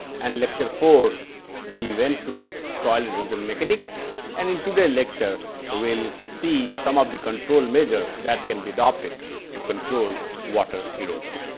and lecture four we went through soil erosion mechanics and in today lecture we will see some of the control measures that can be adopted to control water erosion.